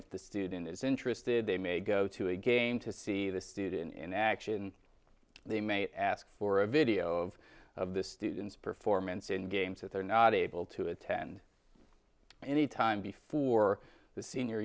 if the student is interested they may go to a game to see this dude in action they may ask for a video of of the student's performance in games that they're not able to attend any time before the senior